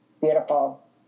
Beautiful